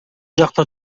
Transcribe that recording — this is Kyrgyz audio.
жакта